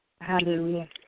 Hallelujah